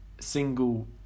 single